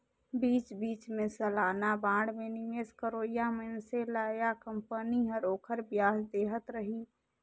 बीच बीच मे सलाना बांड मे निवेस करोइया मइनसे ल या कंपनी हर ओखर बियाज देहत रही